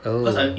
oh